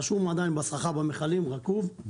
השום עדיין בסככה במכלים, רקוב,